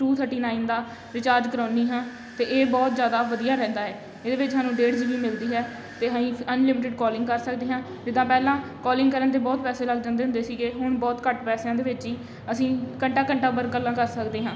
to ਥਟੀ nine ਦਾ recharge ਕਰਾਉਂਦੀ ਹਾਂ ਅਤੇ ਇਹ ਬਹੁਤ ਜ਼ਿਆਦਾ ਵਧੀਆ ਰਹਿੰਦਾ ਹੈ ਇਹਦੇ ਵਿੱਚ ਸਾਨੂੰ ਡੇਢ ਜੀ ਬੀ ਮਿਲਦੀ ਹੈ ਅਤੇ ਅਸੀਂ ਅਨਲਿਮਿਟਡ ਕੋਲਿੰਗ ਕਰ ਸਕਦੇ ਹਾਂ ਜਿੱਦਾਂ ਪਹਿਲਾਂ ਕੋਲਿੰਗ ਕਰਨ ਦੇ ਬਹੁਤ ਪੈਸੇ ਲੱਗਦੇ ਹੁੰਦੇ ਹੁੰਦੇ ਸੀਗੇ ਹੁਣ ਬਹੁਤ ਘੱਟ ਪੈਸਿਆਂ ਦੇ ਵਿੱਚ ਹੀ ਅਸੀਂ ਘੰਟਾ ਘੰਟਾ ਭਰ ਗੱਲਾਂ ਕਰ ਸਕਦੇ ਹਾਂ